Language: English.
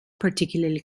particularly